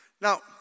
Now